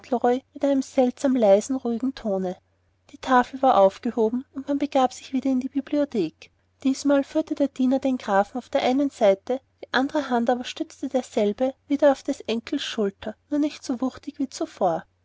mit seltsam leisem ruhigem tone die tafel war aufgehoben und man begab sich wieder in die bibliothek diesmal führte der diener den grafen auf der einen seite die andre hand aber stützte derselbe wieder auf des enkels schulter nur nicht so wuchtig wie zuvor